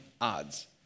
odds